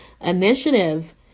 initiative